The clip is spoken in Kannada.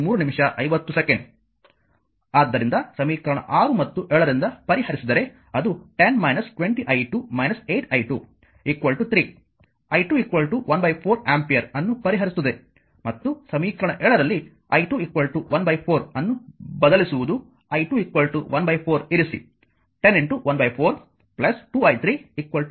ಗಣಿತಶಾಸ್ತ್ರವನ್ನು ಮಾಡಿ ಆದ್ದರಿಂದ ಸಮೀಕರಣ 6 ಮತ್ತು 7 ರಿಂದ ಪರಿಹರಿಸಿದರೆ ಅದು 10 20 i2 8 i2 3 i2 1 4 ಆಂಪಿಯರ್ ಅನ್ನು ಪರಿಹರಿಸುತ್ತದೆ ಮತ್ತು ಸಮೀಕರಣ 7 ರಲ್ಲಿ i2 1 4 ಅನ್ನು ಬದಲಿಸುವುದು i2 14 ಇರಿಸಿ 10 1 4 2 i3 5